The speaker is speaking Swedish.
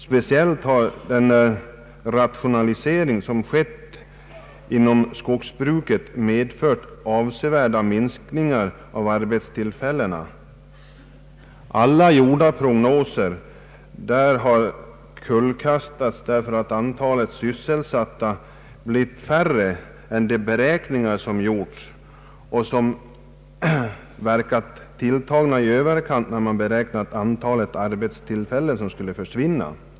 Speciellt har den rationalisering som skett inom skogsbruket medfört avsevärda minskningar av arbetstillfällena. Flertalet om inte rent av alla gjorda prognoser har kullkastats, därför att antalet sysselsatta blivit färre än beräknat, fastän det verkat som om man tagit till i överkant, när man gjort beräkningar av hur många arbetstillfällen som skulle försvinna.